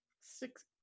six